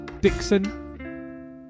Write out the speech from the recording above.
dixon